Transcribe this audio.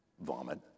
vomit